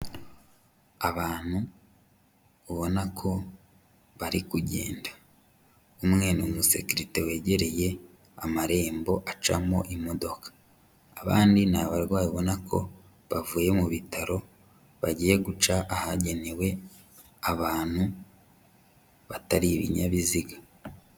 Abantu ubona ko bari kugenda, umwe ni umusekirite wegereye amarembo acamo imodoka, abandi ni abarwayi ubona ko bavuye mu bitaro bagiye guca ahagenewe abantu batari ibinyabiziga